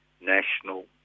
National